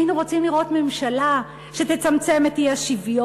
היינו רוצים לראות ממשלה שתצמצם את האי-שוויון,